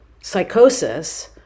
psychosis